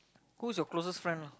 who's your closest friend lah